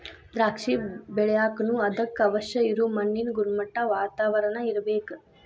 ದ್ರಾಕ್ಷಿ ಬೆಳಿಯಾಕನು ಅದಕ್ಕ ಅವಶ್ಯ ಇರು ಮಣ್ಣಿನ ಗುಣಮಟ್ಟಾ, ವಾತಾವರಣಾ ಇರ್ಬೇಕ